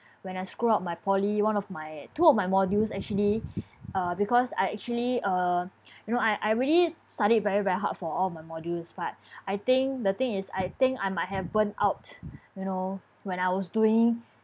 when I screw up my poly one of my two of my modules actually uh because I actually uh you know I I really study very very hard for all my modules but I think the thing is I think I might have burntout you know when I was doing